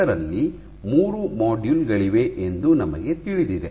ಅದರಲ್ಲಿ ಮೂರು ಮಾಡ್ಯೂಲ್ ಗಳಿವೆ ಎಂದು ನಮಗೆ ತಿಳಿದಿದೆ